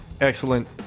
Excellent